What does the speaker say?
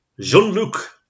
Jean-Luc